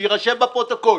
שיירשם בפרוטוקול,